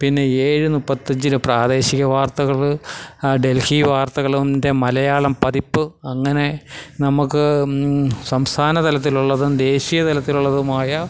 പിന്നെ ഏഴ് മുപ്പത്തഞ്ചിന് പ്രാദേശിക വാർത്തകൾ ആ ഡൽഹി വാർത്തകളും അതിൻ്റെ മലയാളം പതിപ്പ് അങ്ങനെ നമുക്ക് സംസ്ഥാന തലത്തിലുള്ളതും ദേശീയ തലത്തിലുള്ളതുമായ